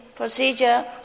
Procedure